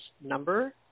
number